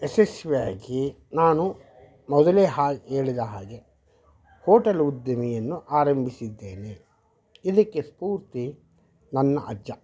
ಯಶಸ್ವಿಯಾಗಿ ನಾನು ಮೊದಲೇ ಹಾಗೆ ಹೇಳಿದ ಹಾಗೆ ಹೋಟಲ್ ಉದ್ಯಮವನ್ನು ಆರಂಭಿಸಿದ್ದೇನೆ ಇದಕ್ಕೆ ಸ್ಪೂರ್ತಿ ನನ್ನ ಅಜ್ಜ